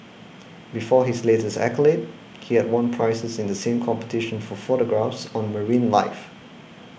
before his latest accolade he had won prizes in the same competition for photographs on marine life